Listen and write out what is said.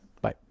Bye